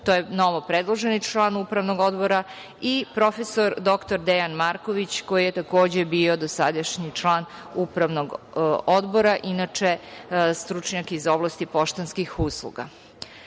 novopredloženi član Upravnog odbora i prof. dr Dejan Marković, koji je takođe bio dosadašnji član Upravnog odbora, inače stručnjak iz oblasti poštanskih usluga. Članovi